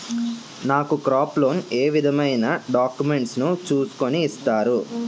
నాకు crop loan ఏ విధమైన డాక్యుమెంట్స్ ను చూస్కుని ఇస్తారు?